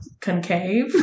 concave